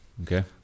Okay